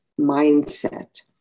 mindset